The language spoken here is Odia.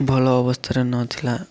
ଭଲ ଅବସ୍ଥାରେ ନଥିଲା